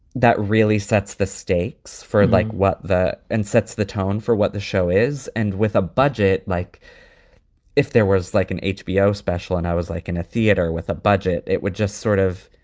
that really sets the stakes for like what the and sets the tone for what the show is. and with a budget like if there was like an hbo special and i was like in a theater with a budget, it would just sort of.